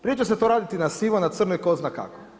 Prije će se to raditi na sivo, na crno i tko zna kako.